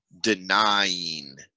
denying